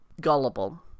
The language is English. gullible